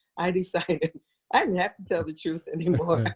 i decided i didn't have to tell the truth anymore.